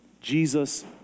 Jesus